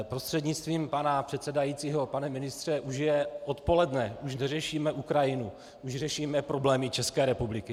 Prostřednictvím pana předsedajícího, pane ministře, už je odpoledne, už neřešíme Ukrajinu, už řešíme problémy České republiky!